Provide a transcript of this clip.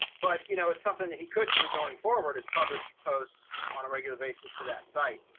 but you know, it's something that he could do going forward is published posts on a regular basis to that site.